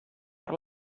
per